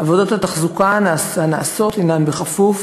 עבודות התחזוקה הנעשות הן בכפוף